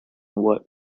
worked